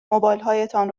موبایلهایتان